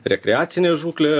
rekreacinė žūklė